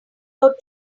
out